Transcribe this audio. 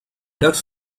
ducks